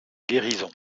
guérison